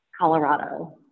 Colorado